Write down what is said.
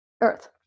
earth